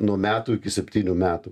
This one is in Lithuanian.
nuo metų iki septynių metų